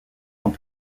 ans